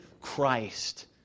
Christ